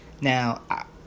now